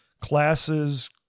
classes